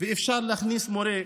ואפשר להכניס מורים,